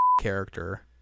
character